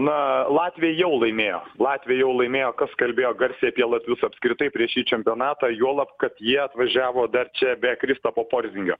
na latviai jau laimėjo latviai jau laimėjo kas kalbėjo garsiai apie latvius apskritai prieš šį čempionatą juolab kad jie atvažiavo dar čia be kristapo porzingio